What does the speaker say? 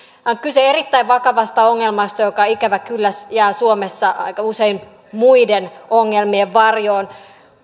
on kyse erittäin vakavasta ongelmasta joka ikävä kyllä jää suomessa aika usein muiden ongelmien varjoon muun muassa